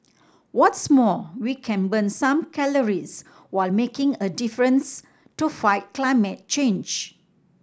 what's more we can burn some calories while making a difference to fight climate change